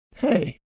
Hey